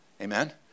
Amen